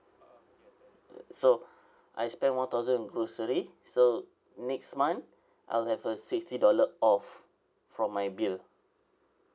uh so I spend one thousand on grocery so next month I'll have a sixty dollar off from my bill